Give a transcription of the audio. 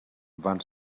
van